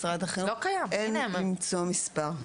משרד החינוך - אין למצוא מספר.